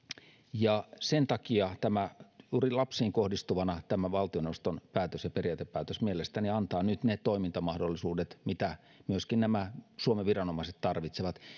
ja sen takia juuri lapsiin kohdistuvana tämä valtioneuvoston päätös ja periaatepäätös mielestäni antaa nyt ne toimintamahdollisuudet mitä myöskin suomen viranomaiset tarvitsevat